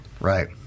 Right